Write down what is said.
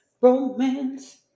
romance